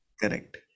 Correct